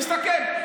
ולהסתכל.